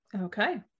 Okay